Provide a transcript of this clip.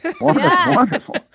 Wonderful